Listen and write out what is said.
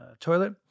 toilet